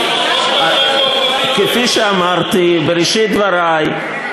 כפי שאמרתי בראשית דברי,